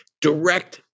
direct